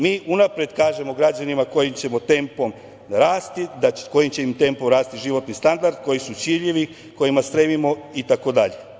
Mi unapred kažemo građanima kojim ćemo tempom rasti, kojim će im tempom rasti životni standard, koji su ciljevi kojima stremimo itd.